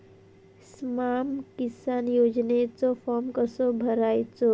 स्माम किसान योजनेचो फॉर्म कसो भरायचो?